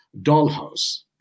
dollhouse